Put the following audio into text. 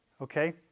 Okay